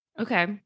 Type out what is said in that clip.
okay